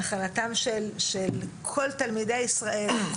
נחלתם של כל תלמידי ישראל,